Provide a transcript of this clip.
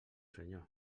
senyor